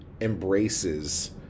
embraces